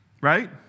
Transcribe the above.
right